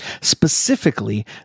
specifically